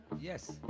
Yes